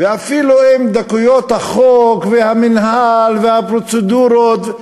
ואפילו אם דקויות החוק והמינהל והפרוצדורות,